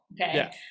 Okay